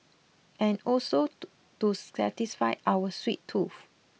and also to satisfy our sweet tooth